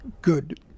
good